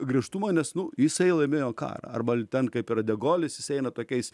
griežtumą nes nu jisai laimėjo karą arba ten kaip yra de golis jis eina tokiais